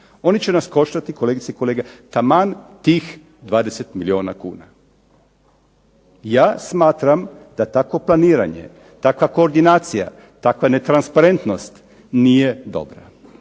Oni će nas koštati, kolegice i kolege, taman tih 20 milijuna kuna. Ja smatram da takvo planiranje, takva koordinacija, takva netransparentnost nije dobra.